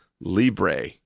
Libre